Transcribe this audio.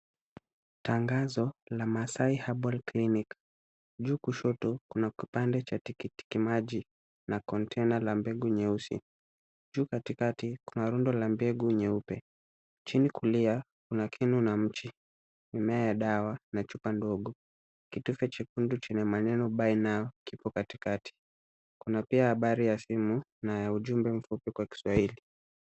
Tangazo la Maasai Herbal Clinic. Juu kushoto kuna kipande cha tikitimaji na kontena la mbegu nyeusi. Juu katikati kuna rundo la mbegu nyeupe. Chini kulia kuna kinu na mche, mimea ya dawa na chupa ndogo. Kitufe chekundu chenye maneno Buy Now kipo katikati. Kuna pia habari ya simu na ya ujumbe mfupi kwa Kiswahili.